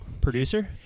Producer